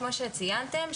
כמו שציינתם,